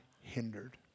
hindered